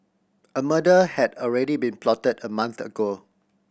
a murder had already been plotted a month ago